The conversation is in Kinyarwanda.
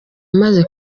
amaze